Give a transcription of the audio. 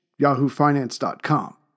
yahoofinance.com